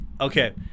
okay